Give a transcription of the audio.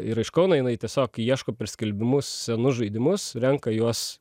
yra iš kauno jinai tiesiog ieško per skelbimus senus žaidimus renka juos